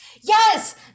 Yes